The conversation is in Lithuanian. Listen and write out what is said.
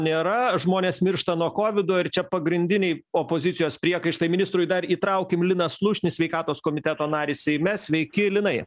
nėra žmonės miršta nuo kovido ir čia pagrindiniai opozicijos priekaištai ministrui dar įtraukim liną slušnį sveikatos komiteto narį seime sveiki linai